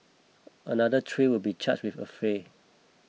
another three will be charged with affray